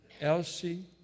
Elsie